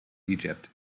egypt